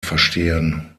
verstehen